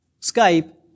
Skype